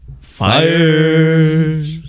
fires